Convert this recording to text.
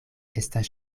estas